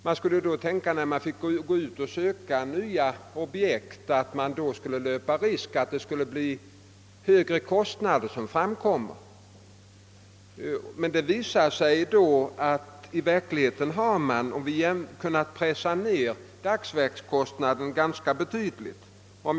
Man skulle då kunna tro att kostnaderna skulle stiga, när myndigheten gick ut för att söka nya objekt, men i verkligheten blev det tvärtom.